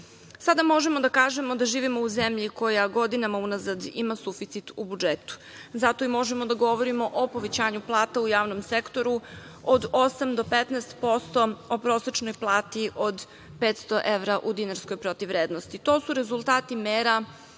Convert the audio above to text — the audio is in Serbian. Sada možemo da kažemo da živimo u zemlji koja godinama unazad ima suficit u budžetu. Zato i možemo da govorimo o povećanju plata u javnom sektoru od 8 do 15%, o prosečnoj plati od 500 evra u dinarskoj protivvrednosti. To su rezultati mera